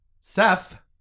Seth